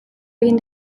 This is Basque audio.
egin